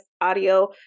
audio